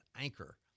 anchor